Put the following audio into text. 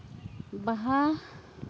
ᱵᱟᱦᱟ